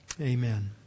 Amen